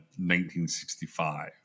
1965